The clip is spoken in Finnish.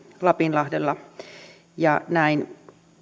lapinlahdella näin